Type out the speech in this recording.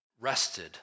rested